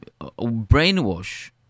brainwash